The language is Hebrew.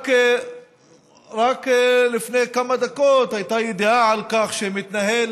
רק לפני כמה דקות הייתה ידיעה על כך שמתנהל